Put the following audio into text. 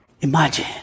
Imagine